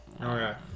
Okay